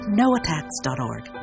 noattacks.org